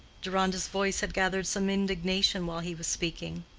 deronda's voice had gathered some indignation while he was speaking.